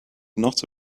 not